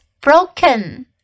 broken